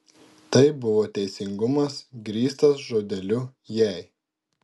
tai buvo teisingumas grįstas žodeliu jei